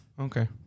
Okay